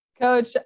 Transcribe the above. Coach